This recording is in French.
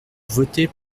voter